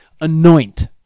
anoint